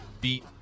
beat